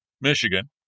Michigan